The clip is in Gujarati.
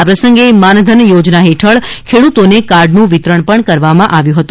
આ પ્રસંગે માનધન યોજના હેઠળ ખેડૂતોને કાર્ડનું વિતરણ પણ કરવામાં આવ્યું હતું